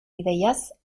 ideiaz